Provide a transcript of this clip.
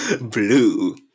Blue